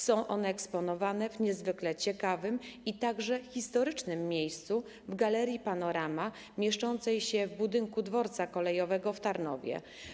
Są one eksponowane w niezwykle ciekawym i historycznym miejscu, w Galerii „Panorama” mieszczącej się w budynku dworca kolejowego w Tarnowie.